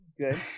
good